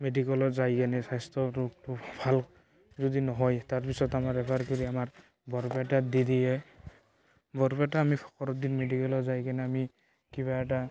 মেডিকেলত যাই কিনে স্বাস্থ্যৰোগ ভাল যদি নহয় তাৰপিছত আমাৰ ৰেফাৰ কৰি আমাৰ বৰপেটাত দি দিয়ে বৰপেটা আমি ফকৰুদ্দিন মেডিকেলত যাই কিনে আমি কিবা এটা